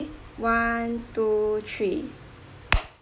one two three (pp0)